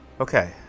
okay